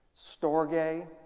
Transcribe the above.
storge